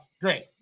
Great